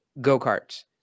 go-karts